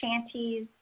shanties